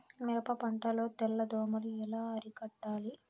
మిరప పంట లో తెల్ల దోమలు ఎలా అరికట్టాలి?